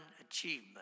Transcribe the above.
achievement